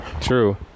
True